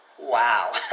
wow